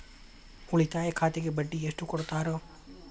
ಉಳಿತಾಯ ಖಾತೆಗೆ ಬಡ್ಡಿ ಎಷ್ಟು ಕೊಡ್ತಾರ?